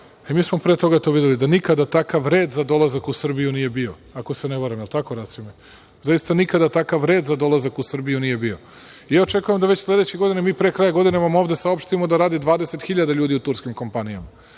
mi smo pre toga to videli, da nikada takav red za dolazak u Srbiju nije bio, ako se ne varam, je li tako Rasime? Zaista nikada takav red za dolazak u Srbiju nije bio. Očekujemo da vam već sledeće godine, pre kraja godine, ovde saopštimo da radi 20 hiljada ljudi u turskim kompanijama.